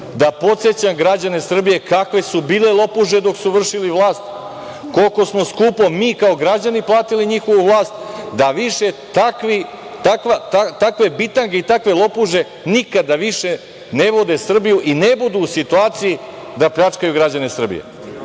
da podsećam građane Srbije kakve su bile lopuže dok su vršili vlast, koliko smo skupo mi kao građani platili njihovu vlast, da više takve bitange i takve lopuže nikada više ne vode Srbiju i ne budu u situaciji da pljačkaju građane Srbije.